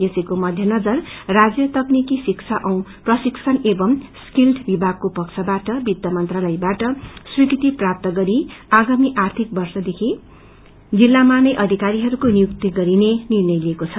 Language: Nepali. यसैको मध्यनजर राजय तकनिकी शिक्षा औ प्रशिक्षण एवम् स्कील्ड विभागको पक्षाबाट वित्त मंत्राालयबाट स्वीकृति प्राप्त गरी आगमी आप्रिक वर्षदेखि जिल्लामा नै अधिकरीहरूको नियुक्ती गरिने निर्णय लिइएको छ